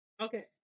Okay